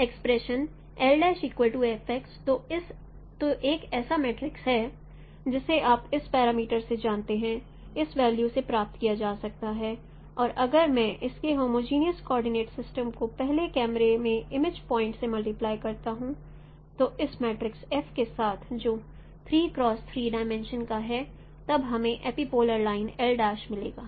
expression तो एक ऐसा मैट्रिक्स है जिसे आप इस परामीटरस से जानते हैं इस वेल्यू से प्राप्त किया जा सकता है और अगर मैं इसके होमोजनियस कोऑर्डिनेट सिस्टम के पहले कैमरे में इमेज पॉइंट को मल्टीप्लाई करता हूं तो इस मैट्रिक्स F के साथ जो 3x3 डिमिंशन का है तब हमें एपिपोलर लाइन मिलेगा